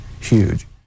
huge